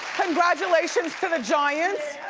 congratulations to the giants,